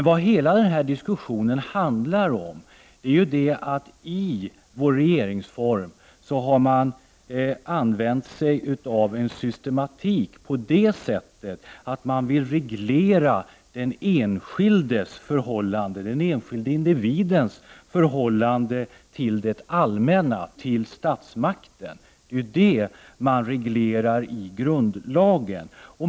Vad hela denna diskussion handlar om är att man i regeringsformen använt sig av en systematik som innebär att man vill reglera den enskilda individens förhållande till det allmänna, till statsmakten. Det är detta som regleras i grundlagen.